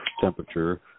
temperature